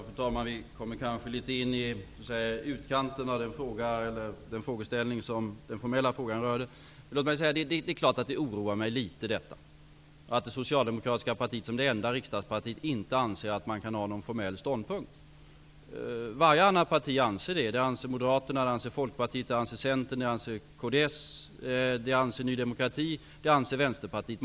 Fru talman! Vi hamnar nu litet grand i utkanten av den frågeställning som den formella frågan rörde. Det är klart att det oroar mig litet att det socialdemokratiska partiet som enda riksdagsparti inte anser att man kan ha någon formell ståndpunkt i EG-frågan. Varje annat parti anser det. Det anser Moderaterna, Folkpartiet, Centern, kds, Ny demokrati och Vänsterpartiet.